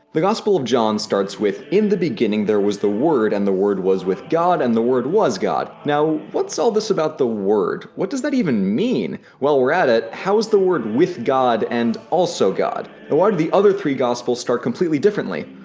the gospel of john starts with in the beginning there was the word, and the word was with god, and the word was god. now what's all this about the word? what does that even mean? while we're at it, how is the word with god and also god? why do the other three gospels start completely differently?